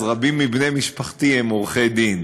אז רבים מבני משפחתי הם עורכי-דין,